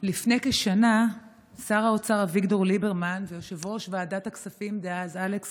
לפני כשנה שר האוצר אביגדור ליברמן ויושב-ראש ועדת הכספים דאז אלכס